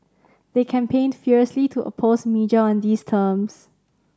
they campaigned furiously to oppose merger on these terms